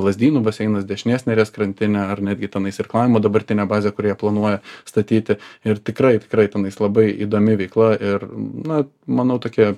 lazdynų baseinas dešinės neries krantinė ar netgi tenais irklavimo dabartinė bazė kur jie planuoja statyti ir tikrai tikrai tenais labai įdomi veikla ir na manau tokia